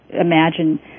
imagine